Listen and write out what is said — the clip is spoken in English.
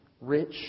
rich